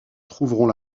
trouveront